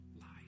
life